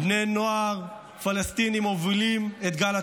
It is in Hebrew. בני נוער פלסטינים מובילים את גל הטרור.